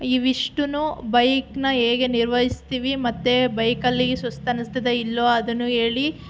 ಇವಿಷ್ಟು ಬೈಕ್ನ ಹೇಗೆ ನಿರ್ವಹಿಸ್ತೀವಿ ಮತ್ತೆ ಬೈಕಲ್ಲಿ ಸುಸ್ತು ಅನ್ನಿಸ್ತದೋ ಇಲ್ಲವೋ ಅದನ್ನು ಹೇಳಿ